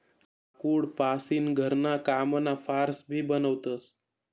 लाकूड पासीन घरणा कामना फार्स भी बनवतस